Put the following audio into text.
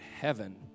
heaven